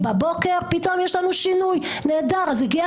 ישלם בריבית דריבית את אובדן ההגנה